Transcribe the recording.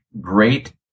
great